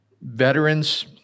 Veterans